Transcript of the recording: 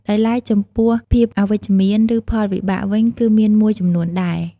ដោយឡែកចំពោះភាពអវិជ្ជមាន ឬ ផលវិបាកវិញក៏មានមួយចំនួនដែរ។